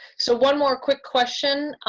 so one more quick question.